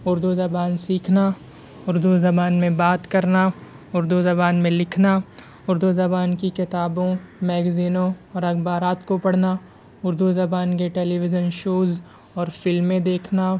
اردو زبان سیکھنا اردو زبان میں بات کرنا اردو زبان میں لکھنا اردو زبان کی کتابوں میگزینوں اور اخبارات کو پڑھنا اردو زبان کے ٹیلی وِژن شوز اور فلمیں دیکھنا